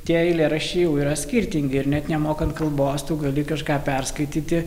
tie eilėraščiai jau yra skirtingi ir net nemokant kalbos tu gali kažką perskaityti